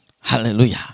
Hallelujah